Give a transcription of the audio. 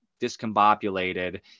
discombobulated